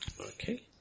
Okay